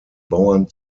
bauern